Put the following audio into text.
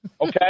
Okay